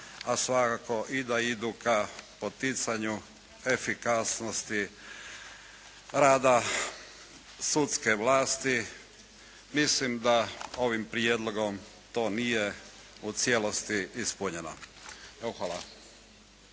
a svakako i da idu ka poticanju efikasnosti rada sudske vlasti. Mislim da je ovim prijedlogom u cijelosti ispunjeno. Evo,